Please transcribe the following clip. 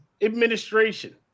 administration